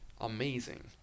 amazing